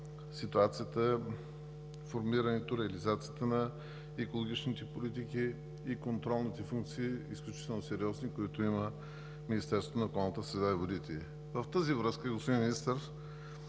ситуацията, формирането, реализацията на екологичните политики и изключително сериозните контролни функции, които има Министерството на околната среда и водите. В тази връзка, господин Министър,